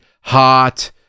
hot